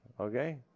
Okay